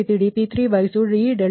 ಅದೇ ರೀತಿ dp3d2ಯು −31